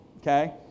okay